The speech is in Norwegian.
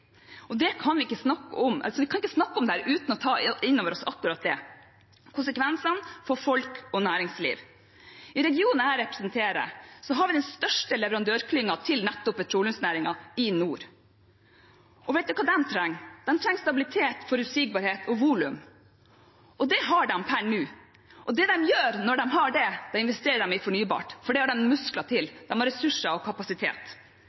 og vi kan ikke snakke om dette uten å ta inn over oss akkurat det: konsekvensene for folk og næringsliv. I regionen jeg representerer, har vi den største leverandørklyngen til nettopp petroleumsnæringen i nord. Hva er det de trenger? De trenger stabilitet, forutsigbarhet og volum. Det har de per nå, og det de gjør når de har det, er å investere i fornybart – for det har de muskler til, de har ressurser og kapasitet.